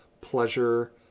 pleasure